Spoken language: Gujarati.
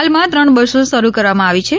હાલમાં ત્રણ બસો શરૂ કરવામાં આવી છે